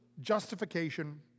justification